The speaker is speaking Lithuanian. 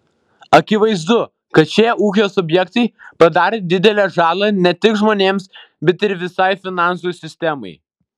akivaizdu kad šie ūkio subjektai padarė didelę žalą ne tik žmonėms bet ir visai finansų sistemai